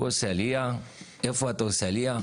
הוא עושה עלייה, איפה אתה עושה עלייה?